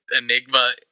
enigma